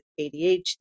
adhd